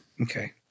Okay